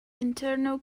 internal